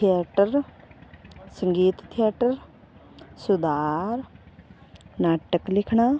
theatre ਸੰਗੀਤ theatre ਸੁਧਾਰ ਨਾਟਕ ਲਿਖਣਾ